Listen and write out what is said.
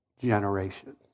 generation